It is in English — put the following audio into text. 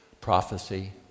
prophecy